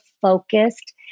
focused